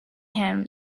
him